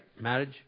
Marriage